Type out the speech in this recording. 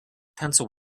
pencil